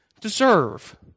deserve